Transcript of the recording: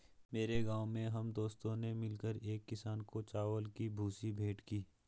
मेरे गांव में हम दोस्तों ने मिलकर एक किसान को चावल की भूसी भेंट की